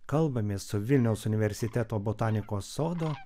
kalbamės su vilniaus universiteto botanikos sodo